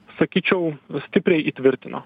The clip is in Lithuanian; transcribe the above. sakyčiau stipriai įtvirtino